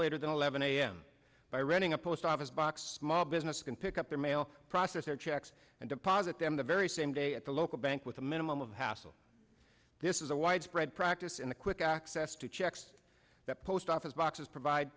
later than eleven a m by reading a post office box small business can pick up their mail process their checks and deposit them the very same day at the local bank with a minimum of hassle this is a widespread practice in the quick act yes two checks that post office boxes provide